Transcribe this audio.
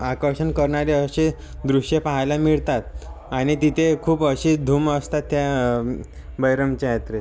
आकर्षण करणारे असे दृश्ये पाहायला मिळतात आणि तिथे खूप अशी धूम असते त्या बहिरमच्या यात्रेत